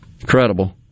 Incredible